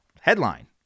Headline